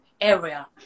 area